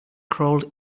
crawled